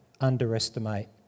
underestimate